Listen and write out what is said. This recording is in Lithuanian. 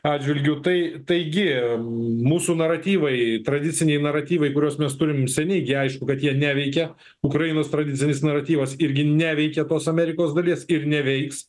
atžvilgiu tai taigi mūsų naratyvai tradiciniai naratyvai kuriuos mes turim seniai gi aišku kad jie neveikia ukrainos tradicinis naratyvas irgi neveikia tos amerikos dalies ir neveiks